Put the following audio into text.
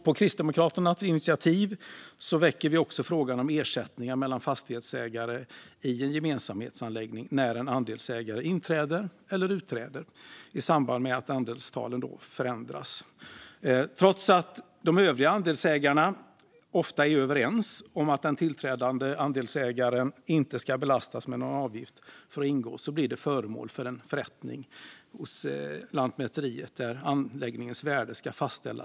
På Kristdemokraternas initiativ väcker vi också frågan om ersättningar mellan fastighetsägare i en gemensamhetsanläggning när en andelsägare inträder eller utträder i samband med att andelstalen förändras. Trots att de övriga andelsägarna ofta är överens om att den tillträdande andelsägaren inte ska belastas med någon avgift för att ingå blir det föremål för en förrättning i Lantmäteriet där anläggningens värde ska fastställas.